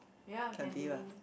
ya can be